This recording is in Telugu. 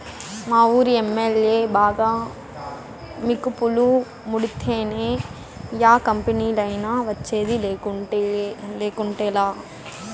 మావూరి ఎమ్మల్యే బాగా మికుపులు ముడితేనే యా కంపెనీలైనా వచ్చేది, లేకుంటేలా